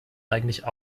eigentlich